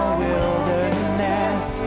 wilderness